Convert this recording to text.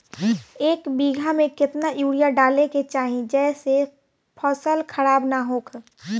एक बीघा में केतना यूरिया डाले के चाहि जेसे फसल खराब ना होख?